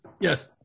Yes